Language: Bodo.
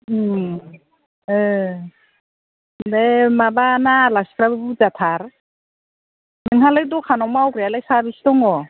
ओं नै माबा ना आलासिफ्राबो बुरजाथार नोंहालाय दखानाव मावग्रायालाय साबैसे दङ